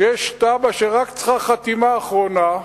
שיש תב"ע שרק צריכה חתימה אחרונה.